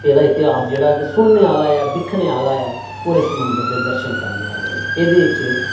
एह्दा इतेहास जेह्ड़ा ऐ सुनने आह्ला दिखने आह्ला ऐ और मगर एह्दे दर्शन करने आह्ले एह्दे च